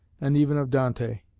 and even of dante.